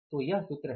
तो यह सूत्र है